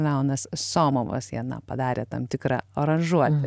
leonas somovas jie na padarė tam tikra aranžuotę